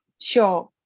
Sure